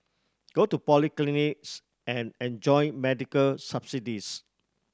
go to polyclinics and enjoy medical subsidies